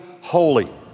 holy